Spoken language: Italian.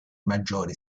maggiori